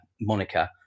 moniker